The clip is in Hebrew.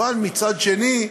אבל מצד שני,